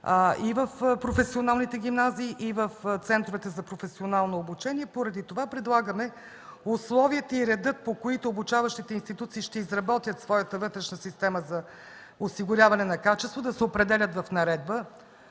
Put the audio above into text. и в професионалните гимназии, и в центровете за професионално обучение и поради това предлагаме условията и реда, по които обучаващите институции ще изработят своята вътрешна система за осигуряване на качество да се определят в наредба